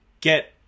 get